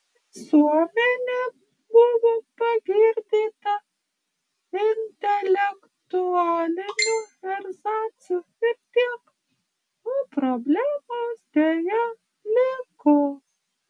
visuomenė buvo pagirdyta intelektualiniu erzacu ir tiek o problemos deja liko